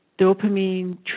dopamine